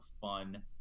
fun